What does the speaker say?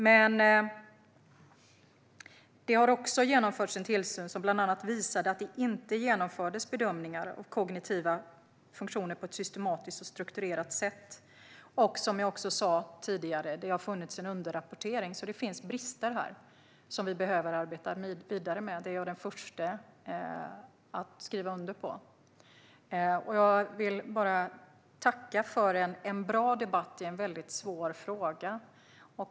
Men det har genomförts en tillsyn som bland annat visade att det inte genomfördes bedömningar av kognitiva funktioner på ett systematiskt och strukturerat sätt. Och det har, som jag sa tidigare, funnits en underrapportering. Det finns alltså brister som vi behöver arbeta vidare med. Det är jag den första att skriva under på. Jag vill tacka för en bra debatt i en väldigt svår fråga.